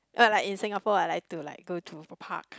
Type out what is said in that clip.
ah like in Singapore I like to like go to a park